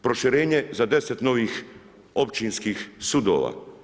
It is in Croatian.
Proširenje za 10 novih općinskih sudova.